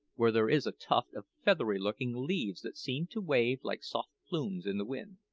where there is a tuft of feathery-looking leaves that seem to wave like soft plumes in the wind.